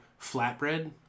flatbread